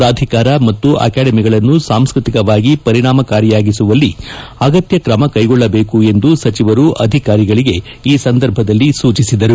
ಪ್ರಾಧಿಕಾರ ಮತ್ತು ಅಕಾಡೆಮಿಗಳನ್ನು ಸಾಂಸ್ಕತಿಕವಾಗಿ ಪರಿಣಾಮಕಾರಿಯಾಗಿಸುವಲ್ಲಿ ಅಗತ್ಯ ಕ್ರಮ ಕೈಗೊಳ್ಳಬೇಕು ಎಂದು ಸಚಿವರು ಅಧಿಕಾರಿಗಳಿಗೆ ಈ ಸಂದರ್ಭದಲ್ಲಿ ಸೂಚಿಸಿದರು